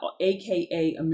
AKA